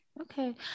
okay